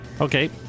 Okay